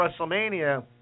WrestleMania